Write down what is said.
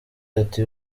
ati